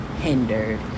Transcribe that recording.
hindered